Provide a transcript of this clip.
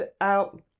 out